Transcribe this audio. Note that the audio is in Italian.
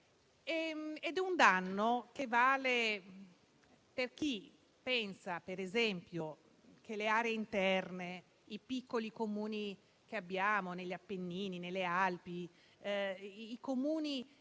ed è un danno che vale per chi pensa, per esempio, che le aree interne, i piccoli Comuni che abbiamo sugli Appennini o sulle Alpi, i Comuni